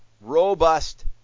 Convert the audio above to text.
robust